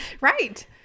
Right